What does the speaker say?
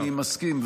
אני מסכים,